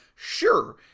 Sure